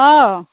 অঁ